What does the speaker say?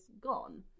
gone